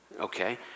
Okay